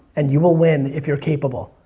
and you will win if you're capable.